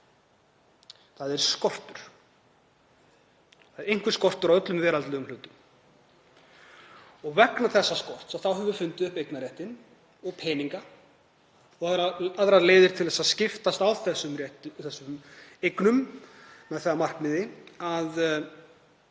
handa öllum. Það er einhver skortur á öllum veraldlegum hlutum og vegna þess skorts höfum við fundið upp eignarréttinn og peninga og aðrar leiðir til þess að skiptast á eignum með það að markmiði að